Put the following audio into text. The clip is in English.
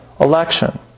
election